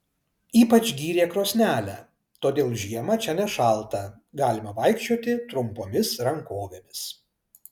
ypač gyrė krosnelę todėl žiemą čia nešalta galima vaikščioti trumpomis rankovėmis